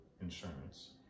insurance